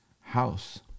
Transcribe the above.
house